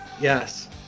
yes